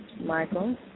Michael